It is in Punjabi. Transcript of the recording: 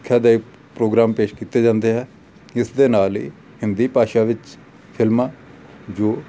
ਸਿੱਖਿਆ ਦੇ ਪ੍ਰੋਗਰਾਮ ਪੇਸ਼ ਕੀਤੇ ਜਾਂਦੇ ਹੈ ਇਸ ਦੇ ਨਾਲ ਹੀ ਹਿੰਦੀ ਭਾਸ਼ਾ ਵਿੱਚ ਫਿਲਮਾਂ ਜੋ